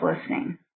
listening